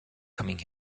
coming